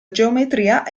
geometria